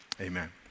amen